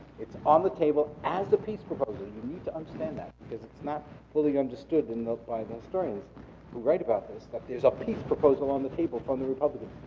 it's on the table as the peace proposal. you need to understand that because it's not fully understood and by the historians who write about this that there's a peace proposal on the table from the republicans.